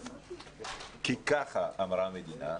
כי ככה אמרה המדינה,